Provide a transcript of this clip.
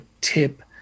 tip